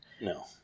No